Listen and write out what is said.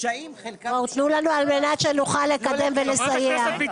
תנו לנו, על מנת שנוכל לקיים ולסייע.